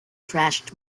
trashed